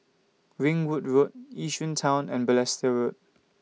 Ringwood Road Yishun Town and Balestier Road